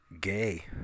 Gay